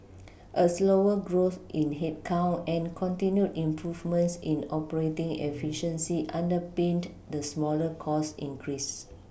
a slower growth in headcount and continued improvements in operating efficiency underPinned the smaller cost increase